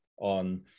on